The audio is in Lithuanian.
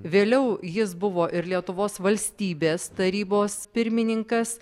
vėliau jis buvo ir lietuvos valstybės tarybos pirmininkas